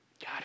God